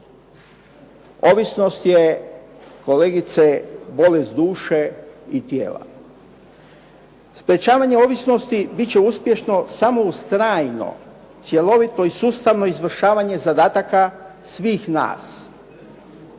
Ovisnost je kolegice bolest duše i tijela. Sprječavanje ovisnosti bit će uspješno samo uz trajno, cjelovito i sustavno izvršavanje zadataka svih nas